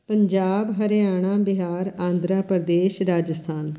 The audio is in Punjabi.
ਪੰਜਾਬ ਹਰਿਆਣਾ ਬਿਹਾਰ ਆਂਧਰਾ ਪ੍ਰਦੇਸ਼ ਰਾਜਸਥਾਨ